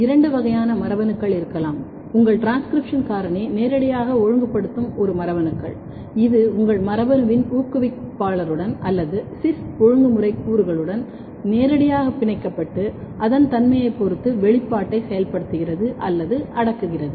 இரண்டு வகையான மரபணுக்கள் இருக்கலாம் உங்கள் டிரான்ஸ்கிரிப்ஷன் காரணி நேரடியாக ஒழுங்குபடுத்தும் ஒரு மரபணுக்கள் இது உங்கள் மரபணுவின் ஊக்குவிப்பாளருடன் அல்லது சிஸ் ஒழுங்குமுறை கூறுகளுடன் நேரடியாக பிணைக்கப்பட்டு அதன் தன்மையைப் பொறுத்து வெளிப்பாட்டை செயல்படுத்துகிறது அல்லது அடக்குகிறது